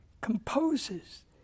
composes